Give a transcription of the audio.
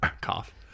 Cough